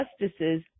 justices